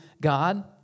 God